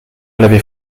l’avait